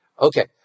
Okay